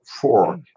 four